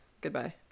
Goodbye